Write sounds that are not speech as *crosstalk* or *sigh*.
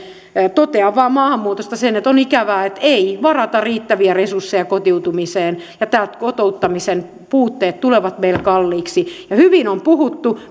totean maahanmuutosta vain sen että on ikävää että ei varata riittäviä resursseja kotouttamiseen ja nämä kotouttamisen puutteet tulevat meille kalliiksi ja hyvin on puhuttu *unintelligible*